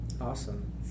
Awesome